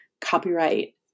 copyright